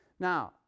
Now